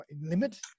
limit